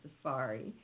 safari